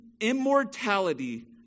immortality